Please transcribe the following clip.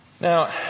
Now